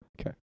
Okay